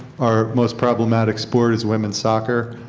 are most problematic sport's women's' soccer.